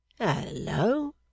Hello